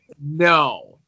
No